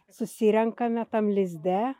susirenkame tam lizde